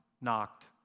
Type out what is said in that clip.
knocked